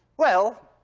well,